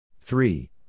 Three